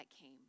came